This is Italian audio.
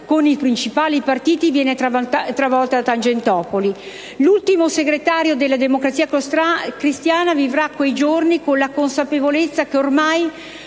con i principali partiti italiani, viene travolta da Tangentopoli. L'ultimo segretario politico della Democrazia Cristiana vivrà quei giorni con la consapevolezza che ormai